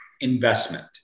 investment